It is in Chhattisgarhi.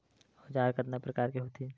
औजार कतना प्रकार के होथे?